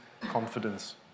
confidence